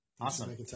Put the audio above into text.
Awesome